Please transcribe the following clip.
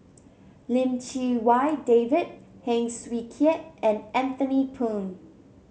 Lim Chee Wai David Heng Swee Keat and Anthony Poon